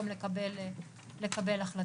גם לקבל החלטות.